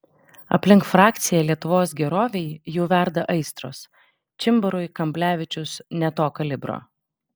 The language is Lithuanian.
aplink frakciją lietuvos gerovei jau verda aistros čimbarui kamblevičius ne to kalibro